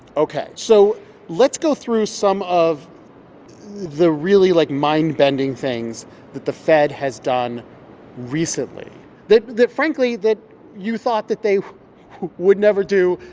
ok. so let's go through some of the really, like, mind-bending things that the fed has done recently that, frankly, that you thought that they would never do,